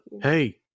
hey